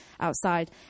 outside